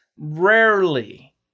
Rarely